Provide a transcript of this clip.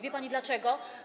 Wie pani, dlaczego?